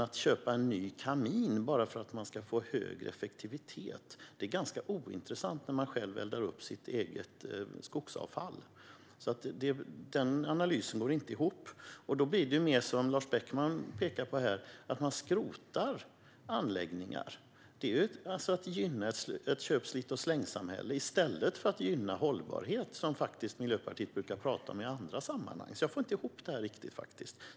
Att köpa en ny kamin bara för att man ska få högre effektivitet är ganska ointressant när man eldar upp sitt eget skogsavfall. Den analysen går inte ihop. Då blir det mer så som Lars Beckman pekar på. Att skrota anläggningar är att gynna ett köp-och-slit-och-släng-samhälle i stället för att gynna hållbarhet, som Miljöpartiet brukar prata om i andra sammanhang. Jag får faktiskt inte riktigt ihop detta.